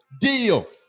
deal